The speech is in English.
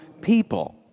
people